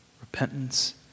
Repentance